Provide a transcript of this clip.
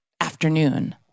afternoon